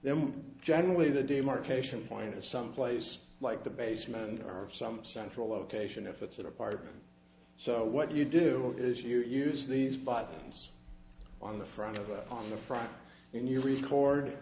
them generally the demarcation point of someplace like the basement or some central location if it's an apartment so what you do is you use these buttons on the front of on the front in your record